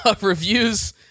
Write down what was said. Reviews